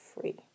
free